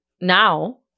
now